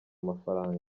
mafaranga